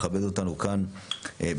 לכבד אותנו כאן בנוכחותם.